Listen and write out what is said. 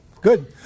good